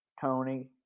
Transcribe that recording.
Tony